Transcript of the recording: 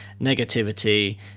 negativity